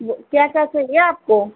वह क्या सब चाहिए आपको